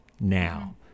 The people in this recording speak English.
now